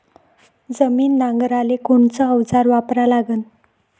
जमीन नांगराले कोनचं अवजार वापरा लागन?